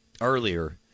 earlier